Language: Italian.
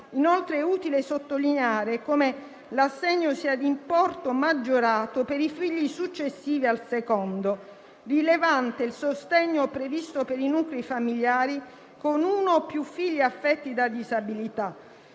Inoltre, è utile sottolineare come l'assegno sia di importo maggiorato per i figli successivi al secondo. Rilevante è il sostegno previsto per i nuclei familiari con uno o più figli affetti da disabilità.